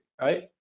right